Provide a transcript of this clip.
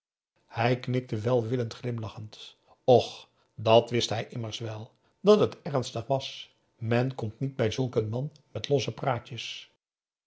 hij knikte welwillend glimlachend och dat wist hij immers wel dat het ernstig was men komt niet bij zulk een man met losse praatjes